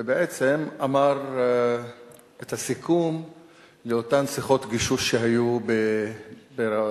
ובעצם אמר את הסיכום לאותן שיחות גישוש שהיו בירדן,